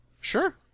Sure